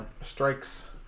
strikes